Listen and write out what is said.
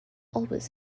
always